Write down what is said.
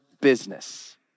business